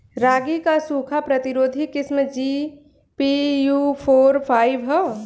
रागी क सूखा प्रतिरोधी किस्म जी.पी.यू फोर फाइव ह?